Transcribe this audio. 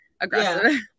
aggressive